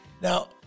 now